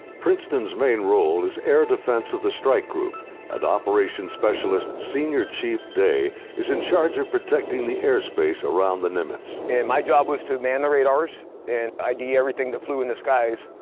princeton's main role is air defense of the strike group and operations specialist senior chief day is in charge of protecting the airspace around the nimitz. and my job was to man the radars and id everything that flew in the skies.